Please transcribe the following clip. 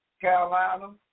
Carolina